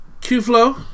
Q-Flow